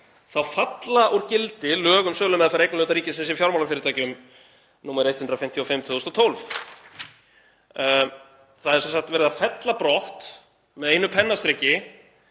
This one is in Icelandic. þá falla úr gildi lög um sölumeðferð eignarhluta ríkisins í fjármálafyrirtækjum, nr. 155/2012. Það er sem sagt verið að fella brott með einu pennastriki